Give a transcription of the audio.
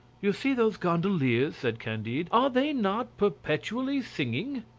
you see those gondoliers, said candide, are they not perpetually singing?